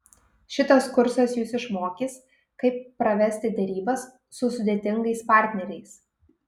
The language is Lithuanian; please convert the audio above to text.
šitas kursas jus išmokys kaip pravesti derybas su sudėtingais partneriais